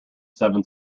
seven